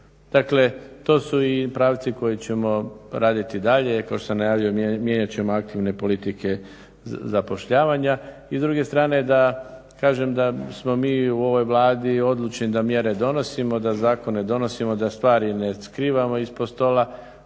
Dakle, to su i pravci koje ćemo raditi dalje, kao što sam najavio mijenjat ćemo aktivne politike zapošljavanja. I s druge strane da kažem, kažem da smo mi u ovoj Vladi odlučni da mjere donosimo, da zakone donosimo, da stvari ne skrivamo ispod stola.